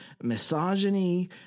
misogyny